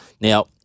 Now